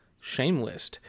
shameless